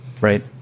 right